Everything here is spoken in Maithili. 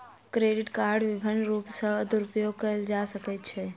क्रेडिट कार्डक विभिन्न रूप सॅ दुरूपयोग कयल जा सकै छै